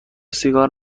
سیگار